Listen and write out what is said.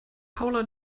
paula